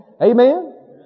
Amen